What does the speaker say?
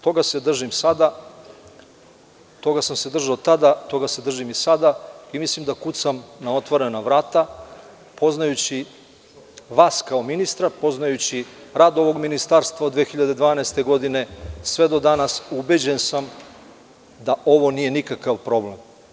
Toga se držim sada, toga sam se držao tada i mislim da kucam na otvorena vrata, poznajući vas kao ministra, poznajući rad ovog ministarstva od 2012. godine, sve do danas, ubeđen sam, da ovo nije nikakav problem.